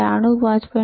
93 5